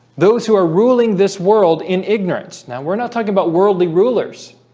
those who are ruling this world in ignorance now, we're not talking about worldly. rulers